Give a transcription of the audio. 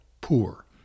poor